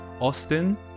Austin